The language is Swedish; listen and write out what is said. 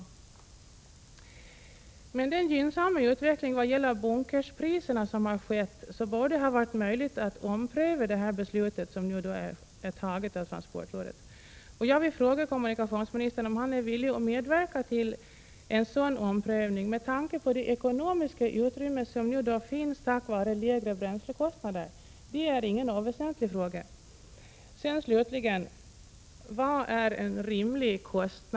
Med tanke på den gynnsamma utvecklingen av bunkerpriserna borde det ha varit möjligt att ompröva beslutet. Jag vill fråga kommunikationsministern om han är villig att medverka till en sådan omprövning med tanke på det ekonomiska utrymme som finns tack vare lägre bränslekostnader. Detta är ingen oväsentlig fråga. Slutligen: Vad är en rimlig kostnad?